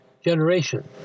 generation